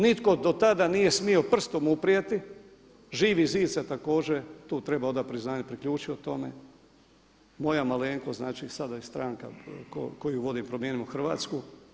Nitko dotada nije smio prstom uprijeti, Živi zid se također tu treba odati priznanje priključio tome, moja malenkost znači sada i stranka koju vodim Promijenimo Hrvatsku.